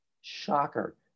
Shocker